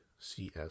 CS